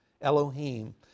Elohim